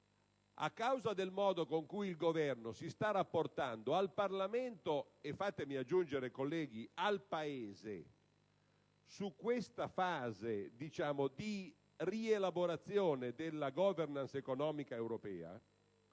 a causa del modo con cui il Governo si sta rapportando al Parlamento e - fatemi aggiungere, colleghi - al Paese su questa fase di rielaborazione della *governance* economica europea,